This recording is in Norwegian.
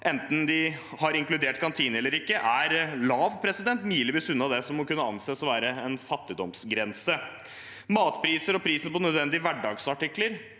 enten de har inkludert kantine eller ikke, er lave – milevis unna det som må kunne anses å være en fattigdomsgrense. Matpriser og prisene på nødvendige hverdagsartikler